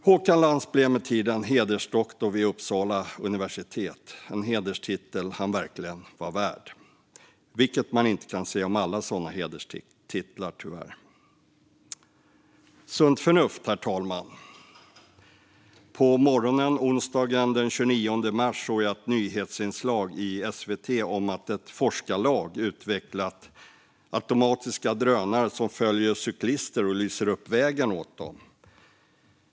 Håkan Lans blev med tiden hedersdoktor vid Uppsala universitet. Det är en hederstitel han verkligen var värd, vilket man tyvärr inte kan säga om alla sådana hederstitlar. Herr talman! Låt mig tala om sunt förnuft. På morgonen onsdagen den 29 mars såg jag ett nyhetsinslag i SVT om att ett forskarlag hade utvecklat automatiska drönare som följer cyklister och lyser upp vägen åt dem.